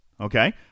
Okay